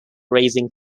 raising